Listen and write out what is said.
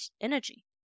energy